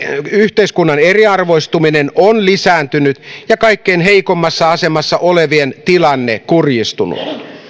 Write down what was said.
yhteiskunnan eriarvoistuminen on lisääntynyt ja kaikkein heikoimmassa asemassa olevien tilanne kurjistunut